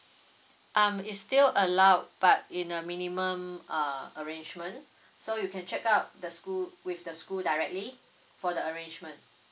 um it's still allowed but in a minimum uh arrangement so you can check out the school with the school directly for the arrangement